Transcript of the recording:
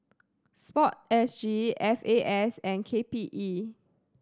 Sport S G F A S and K P E